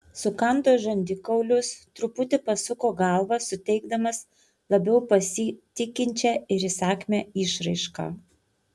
sukando žandikaulius truputį pasuko galvą suteikdamas labiau pasitikinčią ir įsakmią išraišką